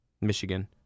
michigan